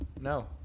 no